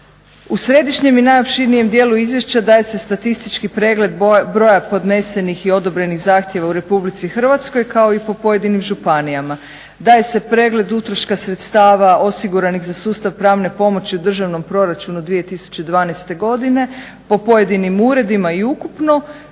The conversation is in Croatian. U središnjem i najopširnijem dijelu izvješća daje se statistički pregled broja podnesenih i odobrenih zahtjeva u Republici Hrvatskoj kao i po pojedinim županijama. Daje se pregled utroška sredstava osiguranih za sustav pravne pomoći u Državnom proračunu 2012. godine po pojedinim uredima i ukupno.